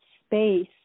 space